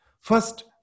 First